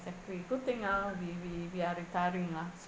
exactly good thing ah we we we are retiring lah